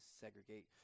segregate